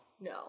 No